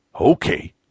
Okay